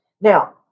Now